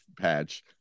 patch